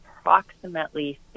approximately